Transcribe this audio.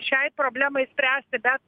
šiai problemai spręsti bet